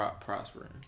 prospering